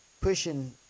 pushing